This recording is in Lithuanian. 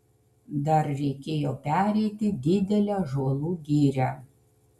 dar reikėjo pereiti didelę ąžuolų girią